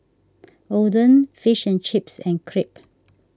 Oden Fish and Chips and Crepe